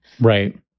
Right